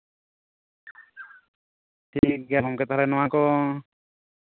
ᱴᱷᱤᱠ ᱜᱮᱭᱟ ᱛᱟᱦᱚᱞᱮ ᱜᱚᱝᱠᱮ ᱱᱚᱶᱟ ᱠᱚ